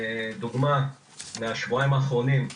דוגמא מהשבועיים האחרונים,